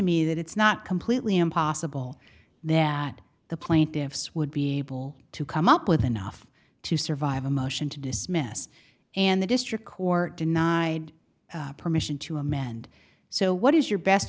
me that it's not completely impossible then the plaintiffs would be able to come up with enough to survive a motion to dismiss and the district court denied permission to amend so what is your best